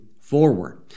forward